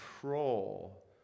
control